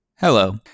Hello